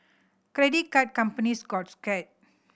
credit card companies got scared